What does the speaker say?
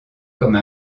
comme